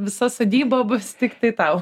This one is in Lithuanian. visa sodyba bus tiktai tau